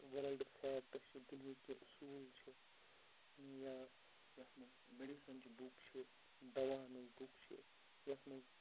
world factors چھِ دُنیہِکۍ کینٛہہ اصوٗل چھِ یا یَتھ منٛز میڈِسَنچہِ بُک چھِ دَوہَن ہِنٛز بُک چھِ یَتھ منٛز